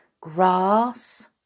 grass